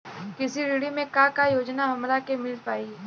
कृषि ऋण मे का का योजना हमरा के मिल पाई?